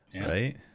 Right